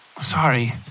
Sorry